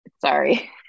Sorry